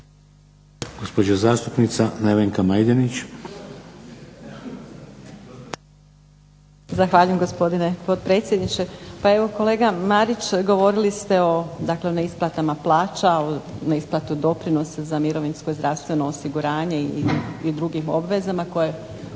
Gospođa zastupnica Nevenka Majdenić.